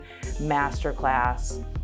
masterclass